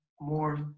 more